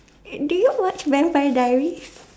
do you watch Vampire Diaries